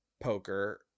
poker